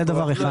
זה דבר אחד.